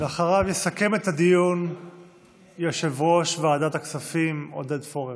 אחריו יסכם את הדיון יושב-ראש ועדת הכספים עודד פורר.